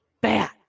bad